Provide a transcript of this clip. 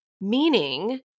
meaning